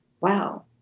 wow